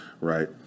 right